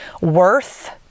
worth